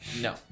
No